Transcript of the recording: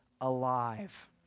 alive